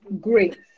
Great